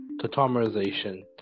tautomerization